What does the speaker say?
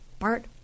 Bart